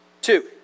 Two